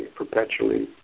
perpetually